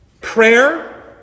prayer